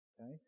okay